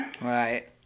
Right